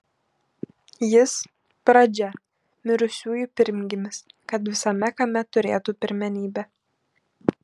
jis pradžia mirusiųjų pirmgimis kad visame kame turėtų pirmenybę